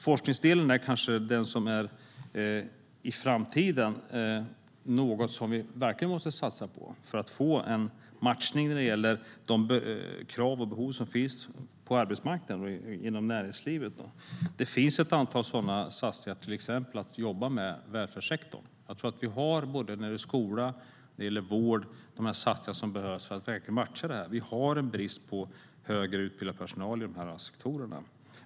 Forskningsdelen är kanske det vi i framtiden verkligen måste satsa på för att få en matchning när det gäller de krav och behov som finns på arbetsmarknaden och inom näringslivet. Det finns ett antal sådana satsningar, till exempel att jobba med välfärdssektorn. När det gäller skola och vård tror jag att vi har de satsningar som behövs för att verkligen matcha detta. Vi har brist på högre utbildad personal inom de sektorerna.